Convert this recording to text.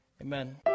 Amen